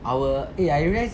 our eh I realised